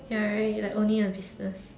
ya right like owning a business